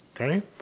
Okay